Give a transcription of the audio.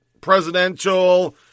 presidential